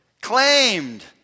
claimed